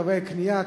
תווי קנייה),